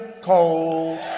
cold